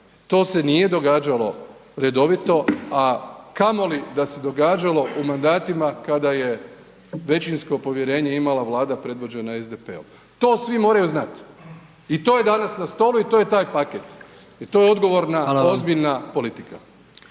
To se nije događalo redovito, a kamoli da se događalo u mandatima kada je većinsko povjerenje imala vlada predvođena SDP-om. To svi moraju znati. I to je danas na stolu i to je taj paket i to je odgovorna …/Upadica: